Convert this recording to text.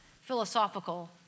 philosophical